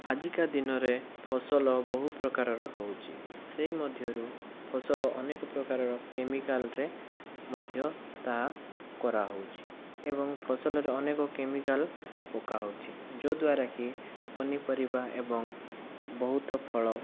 ଆଜିକା ଦିନରେ ଫସଲ ବହୁ ପ୍ରକାରର ହେଉଛି ସେହି ମଧ୍ୟରୁ ଫସଲ ଅନେକ ପ୍ରକାରର କେମିକାଲରେ ମଧ୍ୟ ତାହା କରା ହେଉଛି ଏବଂ ଫସଲରେ ଅନେକ କେମିକାଲ ପକା ହେଉଛି ଯଦ୍ୱାରାକି ପନିପରିବା ଏବଂ ବହୁତ ଫଳ